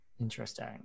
Interesting